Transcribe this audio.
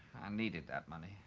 needed that money.